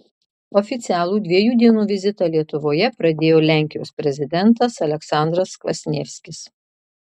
oficialų dviejų dienų vizitą lietuvoje pradėjo lenkijos prezidentas aleksandras kvasnievskis